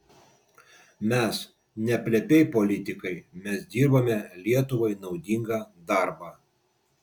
mes ne plepiai politikai mes dirbame lietuvai naudingą darbą